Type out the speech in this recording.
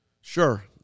Sure